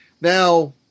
Now